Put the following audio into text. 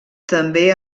també